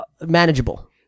manageable